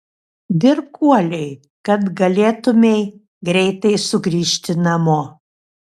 dirbk uoliai kad galėtumei greitai sugrįžti namo